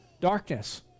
Darkness